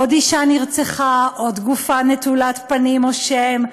עוד אישה נרצחה, עוד גופה נטולת פנים או שם.